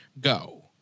go